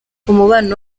umubano